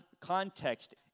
context